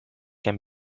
can